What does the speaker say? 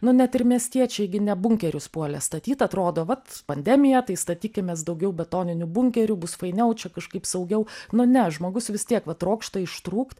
nu net ir miestiečiai gi ne bunkerius puolė statyt atrodo vat pandemija tai statykimės daugiau betoninių bunkerių bus fainiau čia kažkaip saugiau nu ne žmogus vis tiek va trokšta ištrūkt